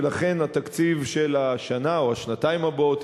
ולכן התקציב של השנה או השנתיים הבאות,